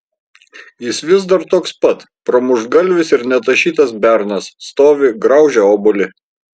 jis vis dar toks pat pramuštgalvis ir netašytas bernas stovi graužia obuolį